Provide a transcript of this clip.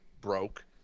broke